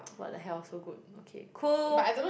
what the hell so good okay cool